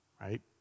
right